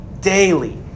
daily